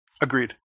Agreed